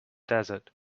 desert